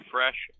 Fresh